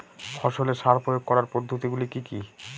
ফসলে সার প্রয়োগ করার পদ্ধতি গুলি কি কী?